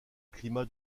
climat